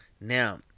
Now